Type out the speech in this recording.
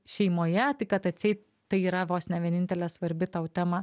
šeimoje tai kad atseit tai yra vos ne vienintelė svarbi tau tema